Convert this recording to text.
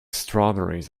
strawberries